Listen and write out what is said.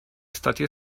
stati